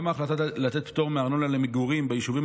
גם ההחלטה לתת פטור מארנונה למגורים ביישובים